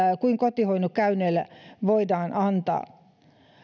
kuin kotihoitokäynneillä voidaan antaa